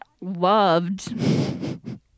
loved